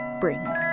brings